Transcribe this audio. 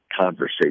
conversation